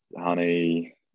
honey